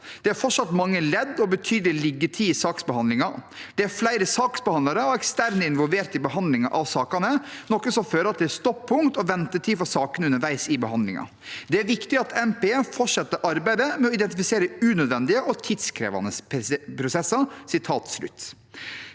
Det er fortsatt mange ledd og betydelig liggetid i saksbehandlingen. Det er flere saksbehandlere og eksterne involvert i behandlingen av sakene, noe som fører til stoppunkter og ventetid for sakene underveis i behandlingen. Det er viktig at NPE fortsetter arbeidet med å identifisere unødvendige og tidkrevende prosesser.»